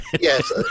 yes